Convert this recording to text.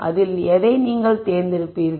அதில் எதை நீங்கள் தேர்ந்தெடுப்பீர்கள்